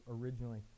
originally